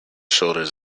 shoulders